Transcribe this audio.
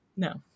No